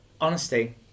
honesty